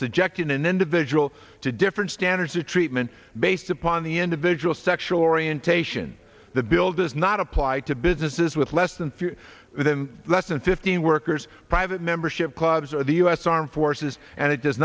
subjecting an individual to different standards of treatment based upon the individual sexual orientation the bill does not apply to businesses with less than fewer than less than fifteen workers private membership clubs or the us armed forces and it does